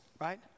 Right